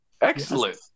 Excellent